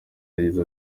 yagize